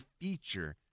feature